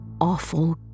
awful